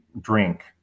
drink